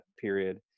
period